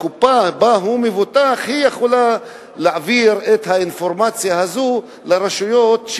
הקופה שבה הוא מבוטח יכולה להעביר את האינפורמציה הזאת לרשויות,